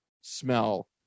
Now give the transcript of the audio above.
smell